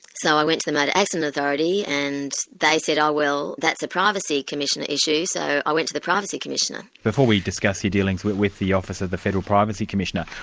so i went to the motor accident authority, and they said oh well, that's a privacy commissioner issue, so i went to the privacy commissioner. before we discuss your dealings with with the office of the federal privacy commissioner,